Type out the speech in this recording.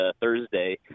Thursday